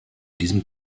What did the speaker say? diesem